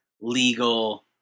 legal